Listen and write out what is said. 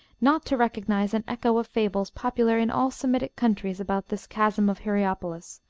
not to recognize an echo of fables popular in all semitic countries about this chasm of hierapolis,